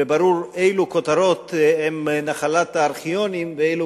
וברור אילו כותרות הן נחלת הארכיונים ואילו